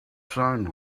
sun